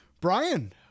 Brian